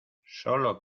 solo